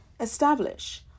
establish